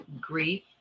grief